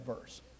verse